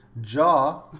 jaw